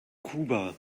kuba